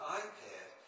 iPad